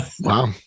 Wow